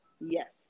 yes